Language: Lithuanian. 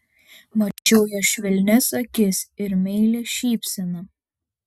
mačiau jo švelnias akis ir meilią šypseną